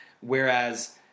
Whereas